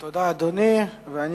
אדוני, תודה.